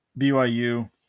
BYU